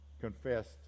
confessed